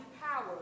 power